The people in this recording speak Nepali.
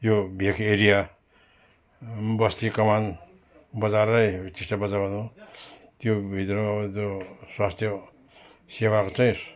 यो भेक एरिया बस्ती कमान बजार नै टिस्टा बजार भनौँ त्यो भित्र भित्र अब त्यो स्वास्थ्य सेवाहरू चाहिँ